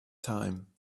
time